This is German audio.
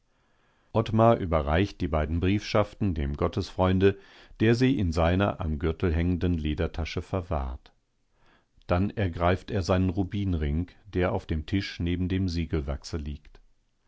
überreicht die beiden briefschaften dem gottesfreunde der sie in seiner am gürtel hängenden ledertasche verwahrt dann ergreift er seinen rubinring der auf dem tisch neben dem siegelwachse liegt